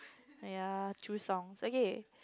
ya two songs okay